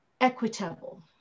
Equitable